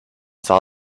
saw